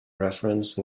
referenced